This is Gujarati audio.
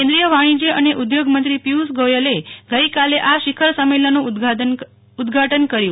કેન્દ્રીય વાણિજ્ય અને ઉદ્યોગમંત્રી પિયુષ ગોયલ આજે આ શિખર સંમેલનનું ઉદધાટન કર્યું